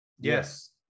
yes